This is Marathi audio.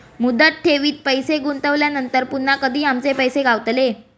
मुदत ठेवीत पैसे गुंतवल्यानंतर पुन्हा कधी आमचे पैसे गावतले?